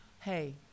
hey